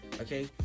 okay